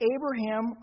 Abraham